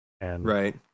Right